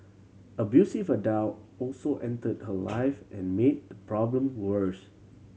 abusive adult also entered her life and made the problem worse